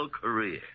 career